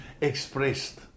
expressed